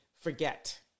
forget